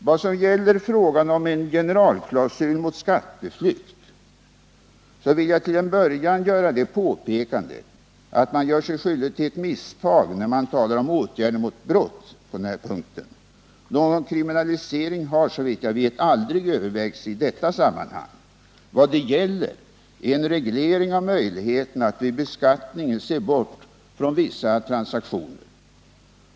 Vad gäller frågan om en generalklausul mot skatteflykt vill jag till en början göra det påpekandet att man gör sig skyldig till ett misstag när man talar om åtgärder mot brott på den här punkten. Någon kriminalisering har såvitt jag vet aldrig övervägts i detta sammanhang. Vad det gäller är en reglering av möjligheterna att vid beskattningen se bort från vissa transaktioner.